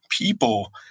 people